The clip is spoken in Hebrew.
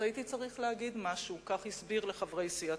אז הייתי צריך להגיד משהו, כך הסביר לחברי סיעתו.